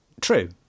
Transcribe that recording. true